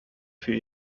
für